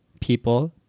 people